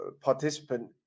participant